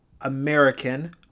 American